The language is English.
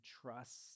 trust